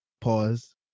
pause